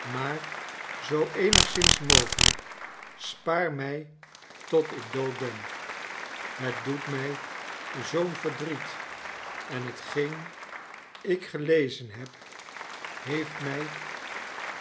maar zoo eenigszins mogelrjk spaar mij tot ik dood ben het doet mij zoo'n vertriet en hetgeen ik gelezen heb heeft mij